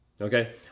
Okay